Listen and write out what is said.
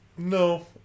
No